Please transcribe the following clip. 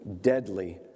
deadly